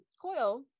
coil